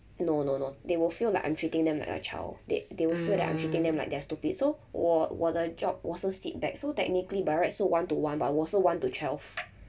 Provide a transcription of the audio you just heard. no no no they will feel like I'm treating them like a child they they will feel that I'm treating them like they're stupid so 我我的 job 我是 sit back so technically by right 是 one to one but 我是 one to twelve